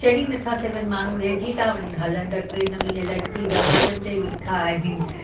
चढ़ी नथां सघनि माण्हूं रहिजी था वञनि हलंदड़ ट्रेन में हीअं लटकी दरवाजनि ते बीठा आहिनि